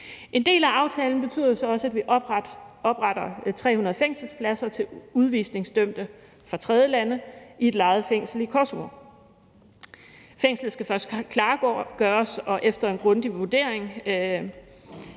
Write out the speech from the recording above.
En del af aftalen betyder så også, at vi opretter 300 fængselspladser til udvisningsdømte fra tredjelande i et lejet fængsel i Kosovo. Fængslet skal først klargøres, og efter en grundig vurdering